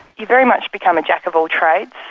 you very much become a jack-of-all-trades.